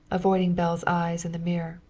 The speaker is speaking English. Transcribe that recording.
avoiding belle's eyes in the mirror.